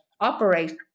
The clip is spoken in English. operate